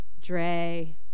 Dre